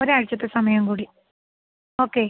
ഒരാഴ്ച്ചത്തെ സമയം കൂടി ഓക്കെ